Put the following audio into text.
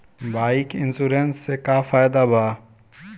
Bike insurance से का फायदा बा?